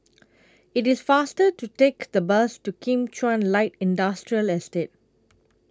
IT IS faster to Take The Bus to Kim Chuan Light Industrial Estate